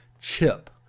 chip